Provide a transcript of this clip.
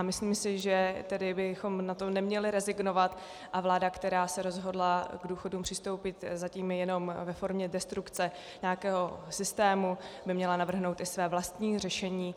Myslím si, že bychom na to neměli rezignovat, a vláda, která se rozhodla k důchodům přistoupit zatím jenom ve formě destrukce nějakého systému, by měla navrhnout i své vlastní řešení.